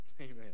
Amen